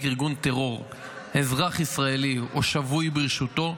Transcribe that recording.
ארגון טרור אזרח ישראלי או שבוי ברשותו,